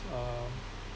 uh